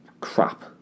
crap